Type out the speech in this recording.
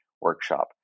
workshop